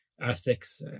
ethics